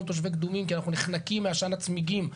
כל תושבי קדומים כי אנחנו נחנקים מעשן הצמיגים.